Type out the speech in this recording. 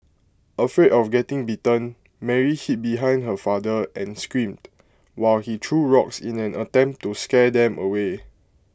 afraid of getting bitten Mary hid behind her father and screamed while he threw rocks in an attempt to scare them away